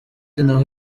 naho